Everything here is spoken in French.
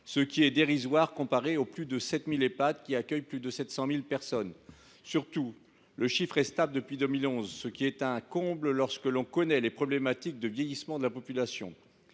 ce qui est dérisoire comparé aux plus de 7 000 Ehpad, qui accueillent plus de 700 000 personnes. Surtout, le chiffre est stable depuis 2011, ce qui est un comble lorsque l’on connaît les problématiques de vieillissement de la population.